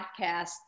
podcast